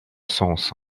sens